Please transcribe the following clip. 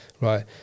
right